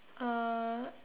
uh